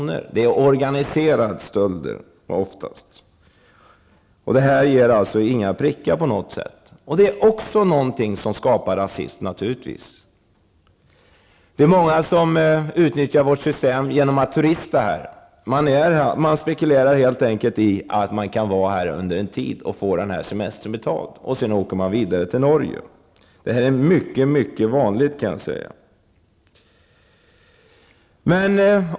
utan det är oftast organiserade stölder som alltså inte ger några prickar. Det är också någonting som skapar rasism. Det finns många som utnyttjar vårt system till att turista här. Man spekulerar helt enkelt i att man kan vara här under en tid och få semestern betald, sedan åker man vidare till Norge. Detta är mycket vanligt.